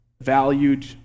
valued